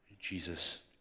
jesus